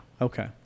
okay